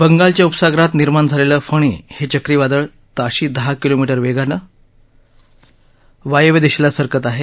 बंगालच्या उपसागरात निर्माण झालेलं फणी चक्रीवादळ ताशी दहा किलोमीटर वेगानं वायव्य दिशेला सरकत आहे